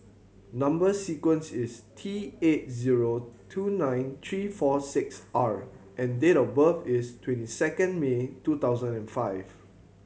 number sequence is T eight zero two nine three four six R and date of birth is twenty second May two thousand and five